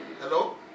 Hello